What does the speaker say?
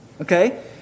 Okay